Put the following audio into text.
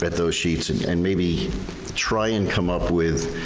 but those sheets and and maybe try and come up with.